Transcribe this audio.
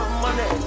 money